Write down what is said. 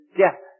death